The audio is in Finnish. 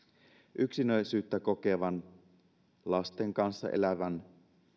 yksinäisyyttä kokevan lasten kanssa elävän